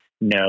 no